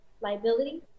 liability